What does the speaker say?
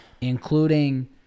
including